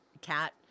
cat